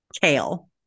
Kale